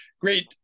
great